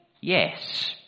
yes